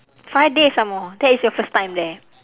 five days some more that is your first time there